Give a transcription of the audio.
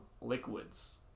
liquids